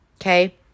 Okay